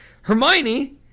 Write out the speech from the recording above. hermione